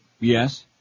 Yes